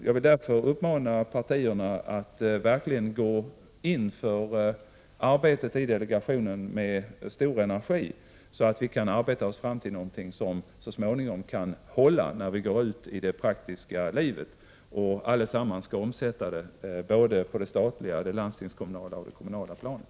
Jag vill därför uppmana partierna att verkligen gå in för arbetet i delegationen med stor energi, så att vi kan arbeta oss fram till någonting som så småningom kan hålla i det praktiska livet där vi allesammans skall omsätta det på det statliga, landstingskommunala och kommunala planet.